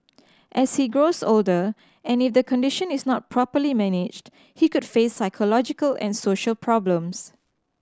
as he grows older and if the condition is not properly managed he could face psychological and social problems